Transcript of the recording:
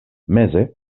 meze